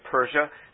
Persia